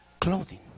clothing